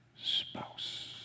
spouse